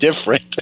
different